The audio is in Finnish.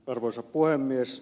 arvoisa puhemies